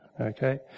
Okay